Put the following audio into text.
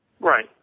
Right